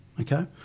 okay